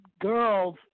girls